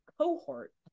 cohort